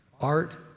art